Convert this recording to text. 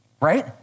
right